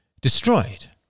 destroyed